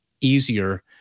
easier